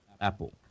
Apple